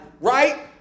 right